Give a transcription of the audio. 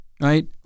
Right